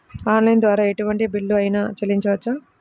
Online ద్వారా ఎటువంటి bill అయినా చెల్లించవచ్చా?